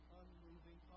unmoving